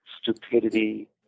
stupidity